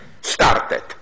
started